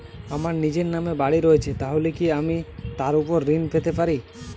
আমার নিজের নামে বাড়ী রয়েছে তাহলে কি আমি তার ওপর ঋণ পেতে পারি?